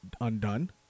undone